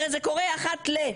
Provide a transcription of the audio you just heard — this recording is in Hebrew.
הרי זה קורה אחת ל-,